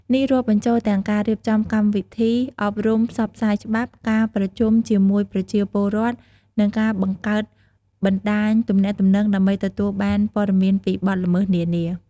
នេះរាប់បញ្ចូលទាំងការរៀបចំកម្មវិធីអប់រំផ្សព្វផ្សាយច្បាប់ ការប្រជុំជាមួយប្រជាពលរដ្ឋ និងការបង្កើតបណ្ដាញទំនាក់ទំនងដើម្បីទទួលបានព័ត៌មានពីបទល្មើសនានា។